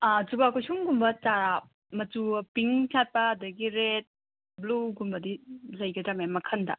ꯑꯥ ꯖꯨꯕꯥꯀꯨꯁꯨꯝꯒꯨꯝꯕ ꯆꯥꯔꯥ ꯃꯆꯨ ꯄꯤꯡ ꯁꯥꯠꯄ ꯑꯗꯒꯤ ꯔꯦꯗ ꯕ꯭ꯂꯨꯒꯨꯝꯕꯗꯤ ꯂꯩꯒꯗ꯭ꯔ ꯃꯦꯝ ꯃꯈꯜꯗ